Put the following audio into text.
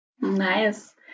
Nice